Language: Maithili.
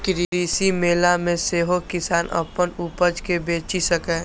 कृषि मेला मे सेहो किसान अपन उपज कें बेचि सकैए